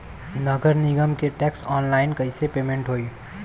नगर निगम के टैक्स ऑनलाइन कईसे पेमेंट होई?